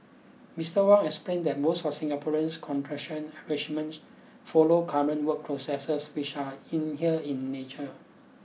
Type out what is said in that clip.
Mister Wong explained that most of Singaporean's contractual arrangements follow current work processes which are in here in nature